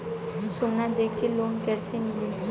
सोना दे के लोन कैसे मिली?